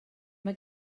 mae